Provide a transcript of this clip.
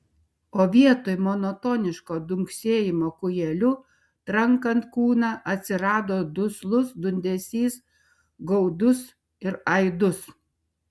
o vietoj monotoniško dunksėjimo kūjeliu trankant kūną atsirado duslus dundesys gaudus ir aidus